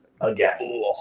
again